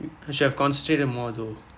I should have concentrated more though